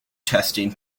testing